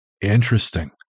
Interesting